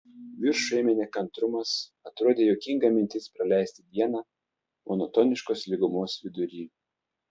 viršų ėmė nekantrumas atrodė juokinga mintis praleisti dieną monotoniškos lygumos vidury